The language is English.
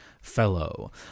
fellow